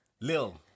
Lil